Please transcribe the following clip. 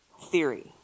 theory